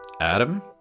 Adam